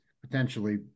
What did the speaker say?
potentially